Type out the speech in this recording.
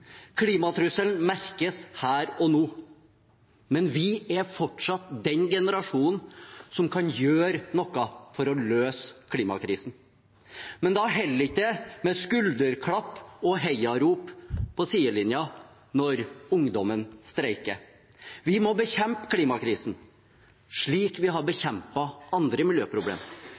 Klimatrusselen merkes her og nå, men vi er fortsatt den generasjonen som kan gjøre noe for å løse klimakrisen. Men da holder det ikke med skulderklapp og heiarop på sidelinjen når ungdommen streiker. Vi må bekjempe klimakrisen, slik vi har bekjempet andre